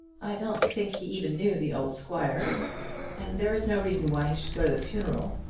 i don't think he even knew the old squire and there is no reason why he should go to the funeral.